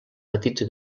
petits